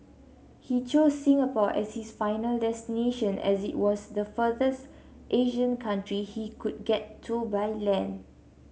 he chose Singapore as his final destination as it was the furthest Asian country he could get to by land